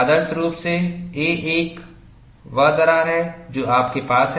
आदर्श रूप से a1 वह दरार है जो आपके पास है